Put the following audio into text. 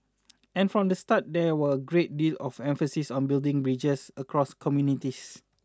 and from the start there were a great deal of emphasis on building bridges across communities